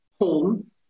home